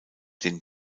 den